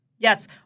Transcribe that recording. Yes